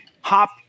hop